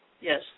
Yes